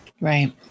Right